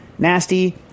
nasty